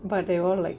but they were all like